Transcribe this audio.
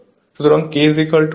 সুতরাং K 110